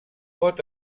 pot